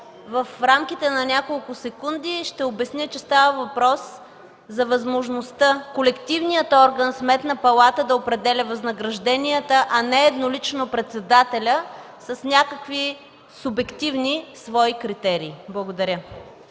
в рамките на няколко секунди ще обясня, че става въпрос за възможността колективният орган Сметна палата да определя възнагражденията, а не еднолично председателят с някакви субективни свои критерии. Благодаря.